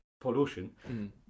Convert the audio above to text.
pollution